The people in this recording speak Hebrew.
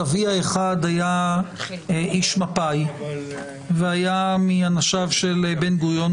סבי האחד היה איש מפא"י והיה מאנשיו של בן גוריון,